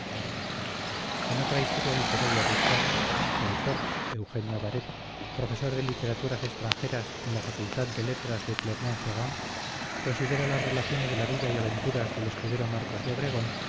en otra historia literaria de españa su autor eugenio baret profesor de literaturas extranjeras en la facultad de letras de clermont ferrand considera las relaciones de la vida y aventuras del escudero marcos de obregón